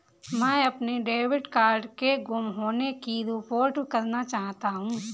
मैं अपने debit card के गुम होने की रिपोर्ट करना चाहता हूँ